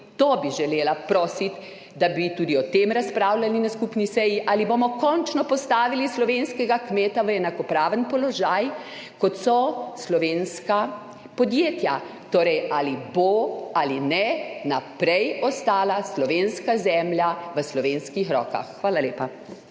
to bi vas želela prositi, da bi tudi o tem razpravljali na skupni seji, ali bomo končno postavili slovenskega kmeta v enakopraven položaj s slovenskimi podjetji, torej, ali bo ali ne bo naprej ostala slovenska zemlja v slovenskih rokah. Hvala lepa.